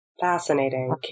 Fascinating